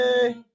Hey